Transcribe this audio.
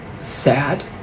sad